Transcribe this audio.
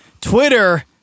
Twitter